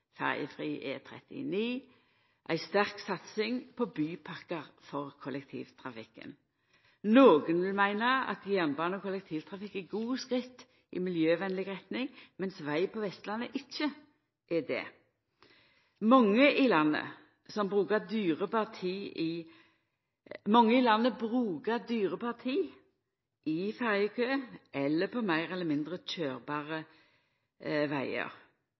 ei sterk satsing på bypakkar for kollektivtrafikken. Nokon vil meina at jernbane og kollektivtrafikk er gode skritt i miljøvennleg retning, mens veg på Vestlandet ikkje er det. Mange i landet bruker dyrebar tid i ferjekø eller på meir eller mindre køyrbare vegar. Eg håpar interpellanten ikkje høyrer med til dei som ser satsing på